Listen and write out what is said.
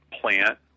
plant